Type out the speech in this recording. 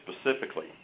specifically